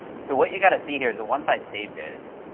so what you're going to see here is once i save this,